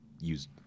use